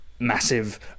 massive